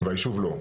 והיישוב לא.